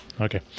Okay